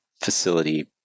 facility